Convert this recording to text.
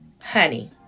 honey